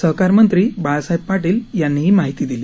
सहकारमंत्री बाळासाहेब पाटील यांनी ही माहिती दिली